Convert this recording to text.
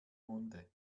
munde